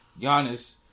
Giannis